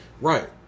Right